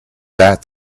that